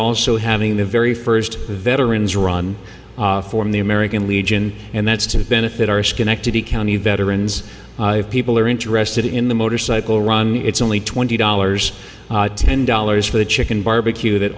also having the very first veterans run form the american legion and that's to benefit our schenectady county veterans people are interested in the motorcycle run it's only twenty dollars ten dollars for the chicken barbecue that